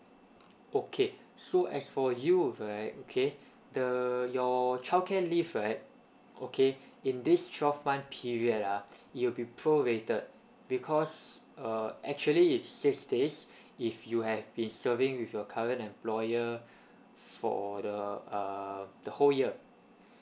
okay so as for you right okay the your childcare leave right okay in this twelve months period ah it'll be prorated because uh actually if six days if you have been serving with your current employer for the uh the whole year